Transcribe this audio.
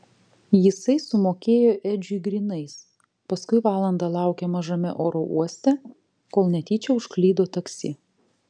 jisai sumokėjo edžiui grynais paskui valandą laukė mažame oro uoste kol netyčia užklydo taksi